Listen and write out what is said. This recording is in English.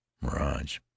Mirage